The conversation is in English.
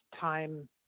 time